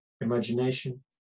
imagination